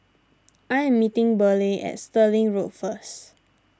I am meeting Burleigh at Stirling Road first